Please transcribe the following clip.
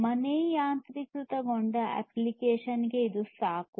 ಮನೆ ಯಾಂತ್ರೀಕೃತಗೊಂಡ ಅಪ್ಲಿಕೇಶನ್ಗೆ ಇದು ಸಾಕು